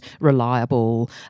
reliable